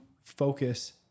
focus